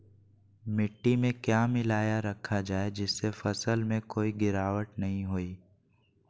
मिट्टी में क्या मिलाया रखा जाए जिससे फसल में कोई गिरावट नहीं होई?